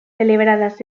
celebradas